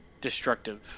destructive